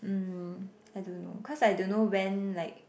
mm I don't know cause I don't know when like